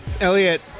Elliot